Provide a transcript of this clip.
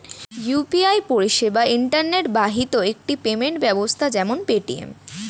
UPI পরিষেবা internet বাহিত একটি পেমেন্ট ব্যবস্থা যেমন পেটিএম